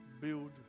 build